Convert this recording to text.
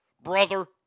brother